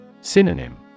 Synonym